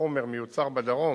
שחומר מיוצר בדרום,